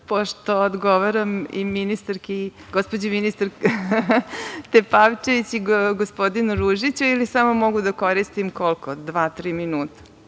pošto odgovaram i gospođi ministarki Tepavčević i gospodinu Ružiću, ili samo mogu da koristim, koliko, dva, tri minuta?